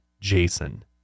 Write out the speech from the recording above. Jason